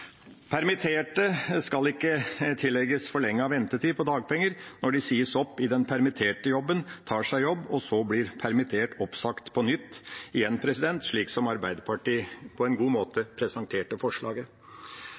Permitterte skal ikke tillegges forlenget ventetid på dagpenger når de sies opp i den permitterte jobben, tar seg jobb og så blir permittert/oppsagt på nytt – igjen slik som Arbeiderpartiet på en god måte presenterte forslaget.